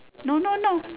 no no no